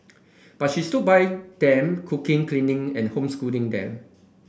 but she stood by them cooking cleaning and homeschooling them